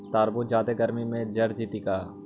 तारबुज जादे गर्मी से जर जितै का?